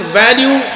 value